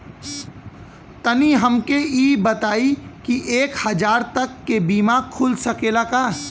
तनि हमके इ बताईं की एक हजार तक क बीमा खुल सकेला का?